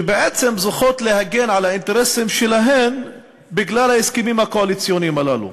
שבעצם זוכות להגן על האינטרסים שלהן בגלל ההסכמים הקואליציוניים הללו.